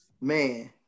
man